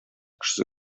кешесе